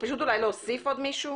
פשוט להוסיף עוד מישהו?